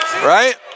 right